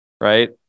Right